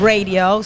Radio